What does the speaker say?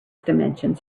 dimensions